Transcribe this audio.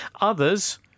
Others